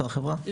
לא.